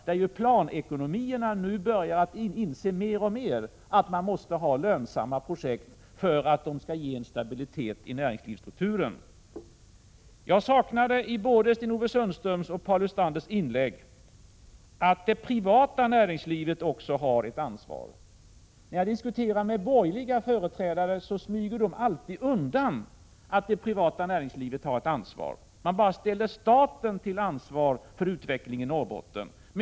Också planekonomierna i Östeuropa inser nu mer och mer att man måste ha lönsamma projekt för att det skall bli stabilitet i näringslivsstrukturen. I både Sten-Ove Sundströms och Paul Lestanders inlägg saknade jag några ord om att även det privata näringslivet har ett ansvar. När jag diskuterar med borgerliga politiker smyger de alltid undan att även det privata näringslivet har ett ansvar. Bara staten ställs till ansvar för utvecklingen i Norrbotten.